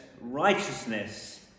righteousness